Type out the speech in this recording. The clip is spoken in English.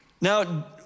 Now